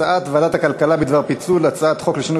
הצעת ועדת הכלכלה בדבר פיצול הצעת חוק לשינוי